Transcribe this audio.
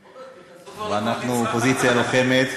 צחקתי, רוברט,